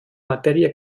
matèria